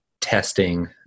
testing